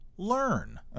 Learn